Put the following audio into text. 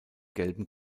gelben